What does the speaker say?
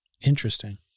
Interesting